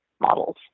models